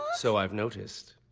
so i've noticed.